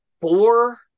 Four